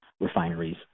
refineries